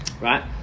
right